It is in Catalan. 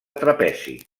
trapezi